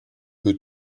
que